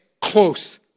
close